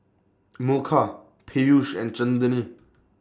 Milkha Peyush and